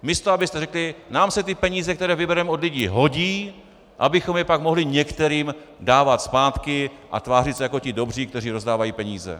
Místo abyste řekli: nám se ty peníze, které vybereme od lidí, hodí, abychom je pak mohli některým dávat zpátky a tvářit se jako ti dobří, kteří rozdávají peníze.